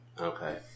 Okay